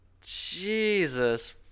Jesus